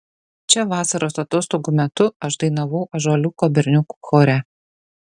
čia vasaros atostogų metu aš dainavau ąžuoliuko berniukų chore